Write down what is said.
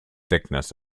thickness